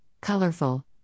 colorful